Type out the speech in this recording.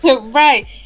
Right